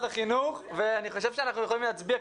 החינוך ואני חושב שאנחנו יכולים להצביע.